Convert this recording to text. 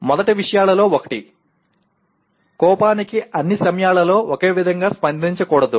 మొదటి విషయాలలో ఒకటి కోపానికి అన్ని సమయాలలో ఒకే విధంగా స్పందించకూడదు